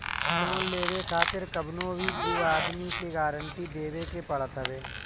loan लेवे खातिर कवनो भी दू आदमी के गारंटी देवे के पड़त हवे